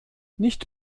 nicht